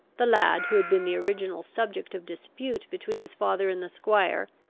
the lad who had been the original subject of dispute between his father and the squire,